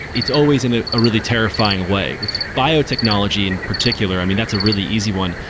it's always in ah a really terrifying way with biotechnology in particular i mean, that's a really easy one.